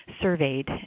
surveyed